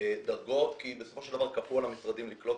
הדרגות כי בסופו של דבר כפו על המשרדים לקלוט